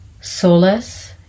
solace